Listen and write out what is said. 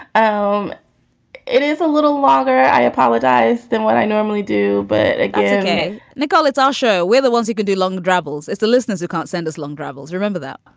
um it is a little longer. i apologize than what i normally do. but again nicole, it's our show. we're the ones who could do long doubles as the listeners who can't send as long troubles. remember that,